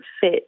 fit